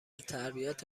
تربیت